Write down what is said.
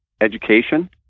education